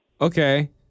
Okay